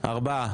ארבעה.